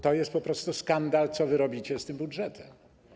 To jest po prostu skandal, co wy robicie z tym budżetem.